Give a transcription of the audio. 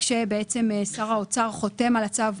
כאשר שר האוצר חותם על הצו,